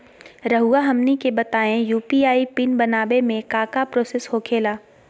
रहुआ हमनी के बताएं यू.पी.आई पिन बनाने में काका प्रोसेस हो खेला?